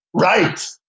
Right